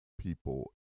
people